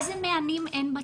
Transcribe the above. איזה מענים אין בצפון,